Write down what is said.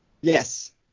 Yes